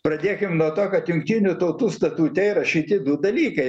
pradėkim nuo to kad jungtinių tautų statute įrašyti du dalykai